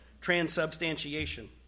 Transubstantiation